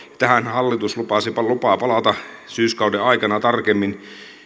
tähän hallitus lupaa palata syyskauden aikana tarkemmin